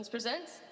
Presents